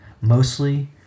Mostly